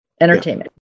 entertainment